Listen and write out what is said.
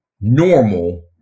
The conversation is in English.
normal